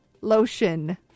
lotion